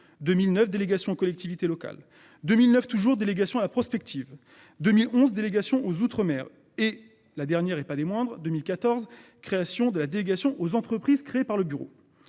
2009 délégations aux collectivités locales 2009 toujours délégation à la Prospective 2011 délégation aux outre-mer et la dernière et pas des moindres. 2014, création de la délégation aux entreprises créées par le bureau.